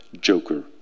joker